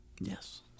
Yes